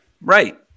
Right